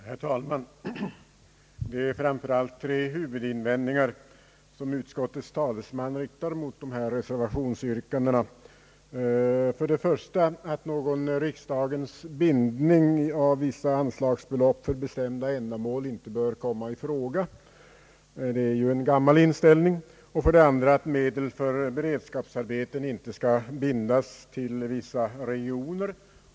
Herr talman! Det är framför allt tre huvudinvändningar som utskottets talesman riktar mot reservationsyrkandena. Den första är att någon riksdagens bindning för vissa anslagsbelopp till bestämda ändamål inte bör komma i fråga. Det är en gammal inställning. Den andra huvudinvändningen är att medel för beredskapsarbeten inte skall bindas till vissa regioner.